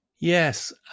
Yes